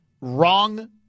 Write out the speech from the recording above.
wrong